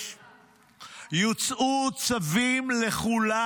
2026 יוצאו צווים לכולם.